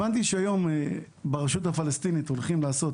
הבנתי שהיום ברשות הפלסטינאית הולכים לעשות